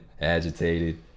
agitated